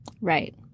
Right